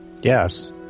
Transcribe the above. Yes